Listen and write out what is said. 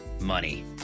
money